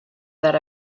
that